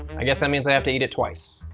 i guess that means i have to eat it twice.